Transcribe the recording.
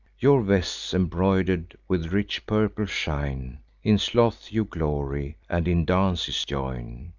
your vests embroider'd with rich purple shine in sloth you glory, and in dances join.